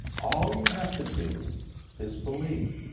all you have to do is believe,